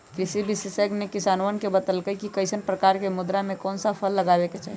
कृषि विशेषज्ञ ने किसानवन के बतल कई कि कईसन प्रकार के मृदा में कौन सा फसल लगावे के चाहि